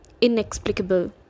inexplicable